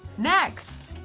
next!